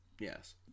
yes